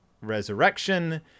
resurrection